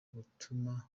gutuma